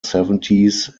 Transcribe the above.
seventies